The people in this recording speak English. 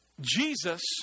Jesus